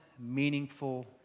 meaningful